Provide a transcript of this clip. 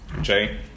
Jay